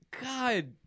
God